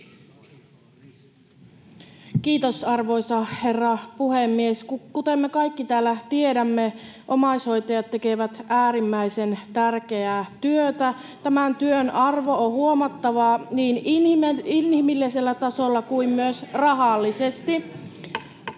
Kiitos, arvoisa herra puhemies! Kuten me kaikki täällä tiedämme, omaishoitajat tekevät äärimmäisen tärkeää työtä. Tämän työn arvo on huomattavaa niin inhimillisellä tasolla kuin myös rahallisesti.